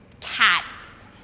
cats